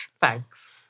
Thanks